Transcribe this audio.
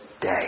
day